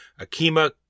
Akima